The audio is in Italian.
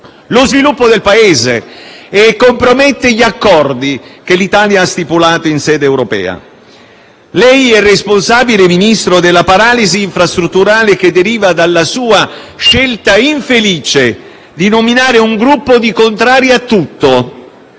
lo sviluppo del Paese e compromette gli accordi che l'Italia ha stipulato in sede europea. Lei è responsabile, signor Ministro, della paralisi infrastrutturale che deriva dalla sua scelta infelice di nominare un gruppo di contrari a tutto